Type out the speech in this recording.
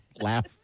laugh